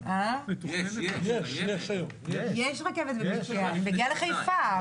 כתוב: "הפעלה מלאה של מסלול ירוק מבצעי".